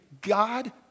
God